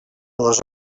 les